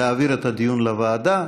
להעביר את הדיון לוועדה,